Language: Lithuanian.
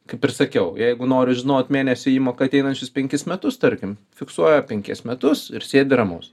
kaip ir sakiau jeigu noriu žinot mėnesio įmoka ateinančius penkis metus tarkim fiksuoja penkis metus ir sėdi ramus